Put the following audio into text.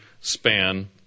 span